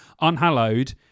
unhallowed